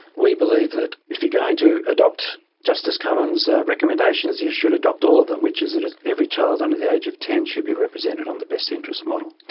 we believe that if you are going to adopt justice cummins' recommendations you should adopt all of them, which is that ah every child under the age of ten should be represented on the best interest model.